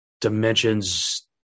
dimensions